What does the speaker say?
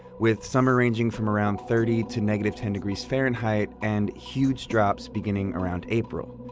with summer ranging from around thirty to negative ten degrees fahrenheit, and huge drops beginning around april.